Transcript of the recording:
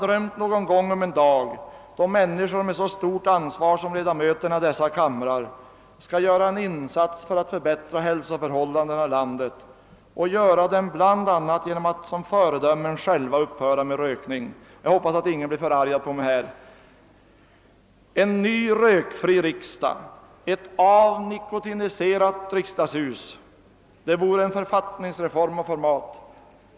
Jag har någon gång drömt om en dag, när människor med så stort ansvar, som ledamöterna i riksdagens kamrar har, skall göra en insats för att förbättra hälsoförhållandena i landet bl.a. genom att gå före med eget föredöme och själva upphöra med rökningen. Jag hoppas att ingen blir förargad över att jag framfört denna tanke. En ny rökfri riksdag, ett avnikotiniserat riksdagshus — det vore en författningsreform av format.